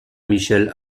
michel